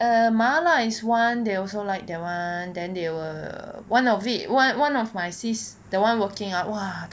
err mala is one they also like that one then they will one of it one of my sis that one working ah !wah!